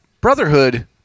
Brotherhood